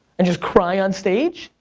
and just cry on stage?